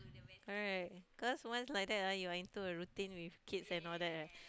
correct cause once like that ah you are into a routine with kids and all that right